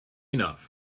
enough